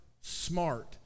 smart